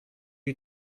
you